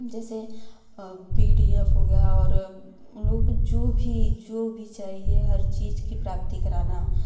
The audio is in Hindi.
जैसे पी डी ऍफ़ हो गया और उन लोगों को जो भी जो भी चाहिए हर चीज की प्राप्ति कराना